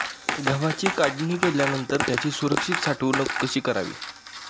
गव्हाची काढणी केल्यानंतर त्याची सुरक्षित साठवणूक कशी करावी?